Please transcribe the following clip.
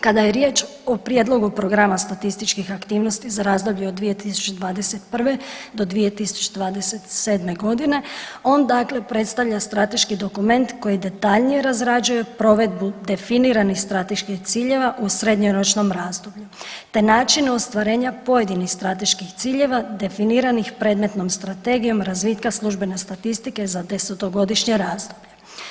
Kada je riječ o prijedlogu programa statističkih aktivnosti za razdoblje od 2021. do 2017.g. on dakle predstavlja strateški dokument koji detaljnije razrađuje provedbu definiranih strateških ciljeva u srednjoročnom razdoblju, te način ostvarenja pojedinih strateških ciljeva definiranih predmetnom strategijom razvitka službene statistike za 10-godišnje razdoblje.